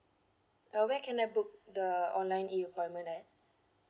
uh where can I book the online e appointment at